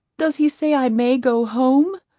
does he say i may go home?